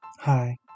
Hi